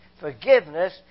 forgiveness